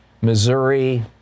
Missouri